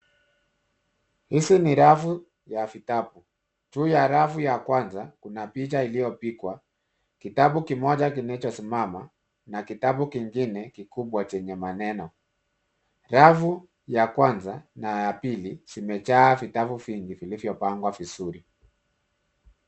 Hizi ni rafu ya vitabu. Juu ya rafu ya kwanza kuna picha iliyopigwa, kitabu kimoja kilichosimama na kitabu kingine kikubwa chenye maneno. Rafu ya kwanza na ya pili zimejaa vitabu vingi vilivyopangwa vizuri.